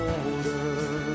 older